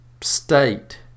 state